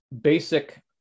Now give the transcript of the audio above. basic